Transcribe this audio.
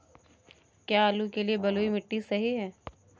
क्या आलू के लिए बलुई मिट्टी सही है?